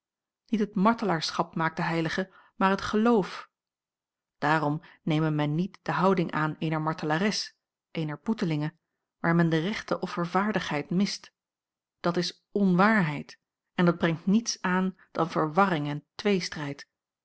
niet het martelaarschap maakt de heilige maar het geloof daarom neme men niet de houding aan eener martelares eener boetelinge waar men de rechte offervaardigheid mist dat is nwaarheid en dat brengt niets aan dan verwarring en tweestrijd